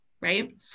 right